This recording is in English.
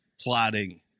Plotting